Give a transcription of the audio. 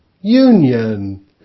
union